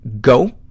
go